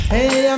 Hey